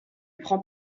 prend